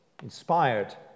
inspired